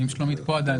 אם שלומית עדיין פה,